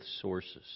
sources